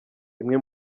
imwe